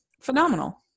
phenomenal